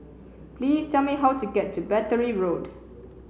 please tell me how to get to Battery Road